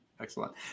excellent